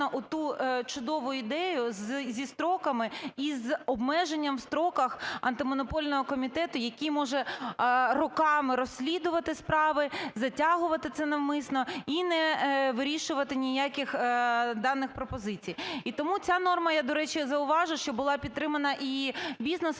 оту чудову ідею зі строками і з обмеженням в строках Антимонопольного комітету, який може роками розслідувати справи, затягувати це навмисно і не вирішувати ніяких даних пропозицій. І тому ця норма, я до речі зауважу, що була підтримана і